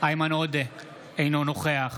איימן עודה, אינו נוכח